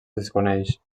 desconeix